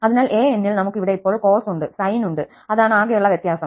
അതിനാൽ an ൽ നമുക്ക് ഇവിടെ ഇപ്പോൾ cos ഉണ്ട് sine ഉണ്ട് അതാണ് ആകെയുള്ള വ്യത്യാസം